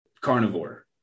carnivore